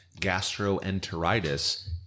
gastroenteritis